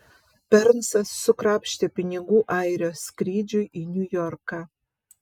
bernsas sukrapštė pinigų airio skrydžiui į niujorką